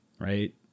right